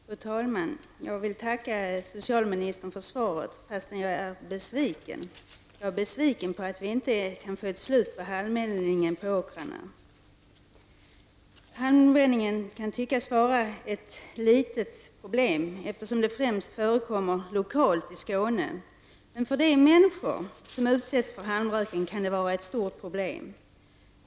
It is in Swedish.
Fru talman! Jag vill tacka socialministern för svaret, fastän jag är besviken. Jag är besviken över att vi inte kan få ett slut på halmeldningen på åkrarna. Halmbränningen kan tyckas vara ett litet problem, eftersom det främst förekommer lokalt i Skåne. Men för de människor som utsätts för halmröken kan det vara ett stort problem.